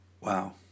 Wow